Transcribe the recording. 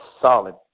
solid